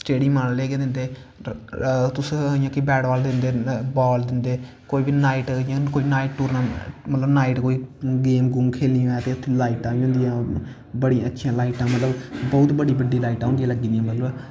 stadium आह्ले गै दिंदे तुस इयां कि बैट बॉल दिंदे बॉल दिंदे कोई बी इयां नॉईट टूर्नामैंट मतलव नाईट कोई गेम गूम खेलनी होऐ ते लाईटां बी होदियां बड़ी अच्छियां लाईटां मतलव बौह्त बड्डी बड्डी लाईटां होंदियां लग्गी दियां